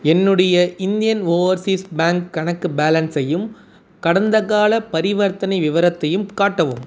என்னுடைய Indian Overseas Bank கணக்கு பேலன்ஸையும் கடந்தகால பரிவர்த்தனை விவரத்தையும் காட்டவும்